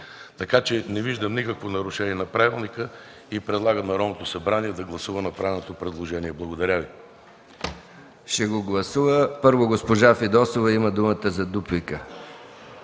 Така че не виждам никакво нарушение на Правилника и предлагам Народното събрание да гласува направеното предложение. Благодаря Ви.